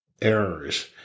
errors